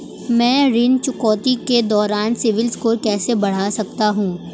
मैं ऋण चुकौती के दौरान सिबिल स्कोर कैसे बढ़ा सकता हूं?